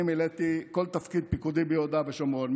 אני מילאתי כל תפקיד פיקודי ביהודה ושומרון,